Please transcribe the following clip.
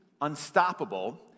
Unstoppable